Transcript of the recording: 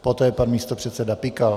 Poté pan místopředseda Pikal.